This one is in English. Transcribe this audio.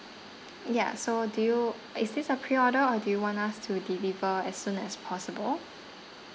ya so do you is this a pre order or do you want us to deliver as soon as possible